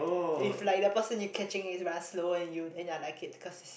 if like the person you catching is run slow and you then I like it because it's